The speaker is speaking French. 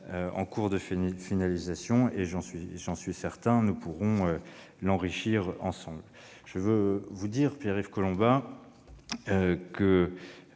en cours de finalisation. J'en suis certain, nous pourrons l'enrichir ensemble. Je veux vous le dire, Pierre-Yves Collombat, ce